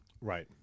Right